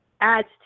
adds